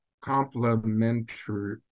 complementary